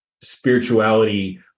spirituality